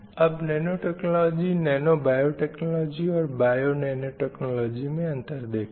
अब nano technology nano biotechnology और bionanotechnology में अंतर देखते हैं